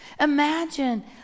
Imagine